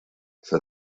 for